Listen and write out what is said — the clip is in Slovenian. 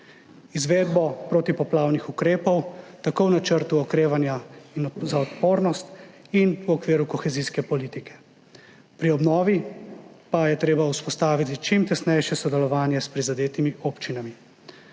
izvedbo protipoplavnih ukrepov tako v Načrtu za okrevanje in odpornost in v okviru kohezijske politike, pri obnovi pa je treba vzpostaviti čim tesnejše sodelovanje s prizadetimi občinami.